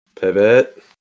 Pivot